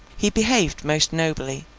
he behaved most nobly,